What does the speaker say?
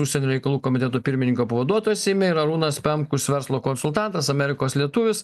užsienio reikalų komiteto pirmininko pavaduotojas seime ir arūnas pemkus verslo konsultantas amerikos lietuvis